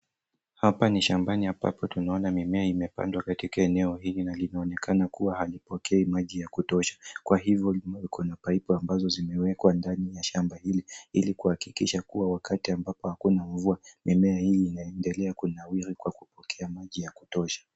Hapa ni shambani ambapo tunaona mimea imepandwa katika eneo hili na inaonekana kuwa haipokei maji ya kutosha kwa hivyo limewekwa na pipes ambazo zimewekwa ndani ya shamba hili ili kuhakikisha kuwa wakati ambapo hakuna mvua mimea hii inaendelea kunawiri kwa kupokea maji ya kutosha.